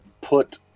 put